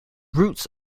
roots